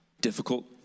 Difficult